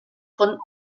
von